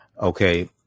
Okay